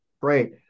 Great